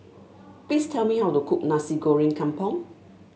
please tell me how to cook Nasi Goreng Kampung